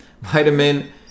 Vitamin